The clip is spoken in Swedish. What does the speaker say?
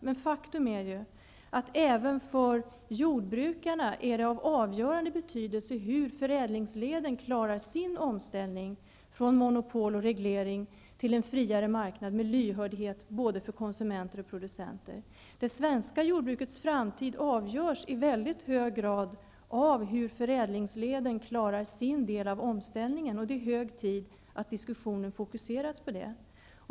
Men faktum är att det är av avgörande betydelse även för jordbrukarna hur förädlingsleden klarar sin omställning från monopol och reglering till en friare marknad med lyhördhet för både konsumenter och producenter. Det svenska jordbrukets framtid avgörs i mycket hög grad av hur förädlingsleden klarar sin del av omställningen. Det är hög tid att diskussionen fokuseras på det.